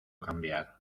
cambiar